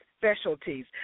specialties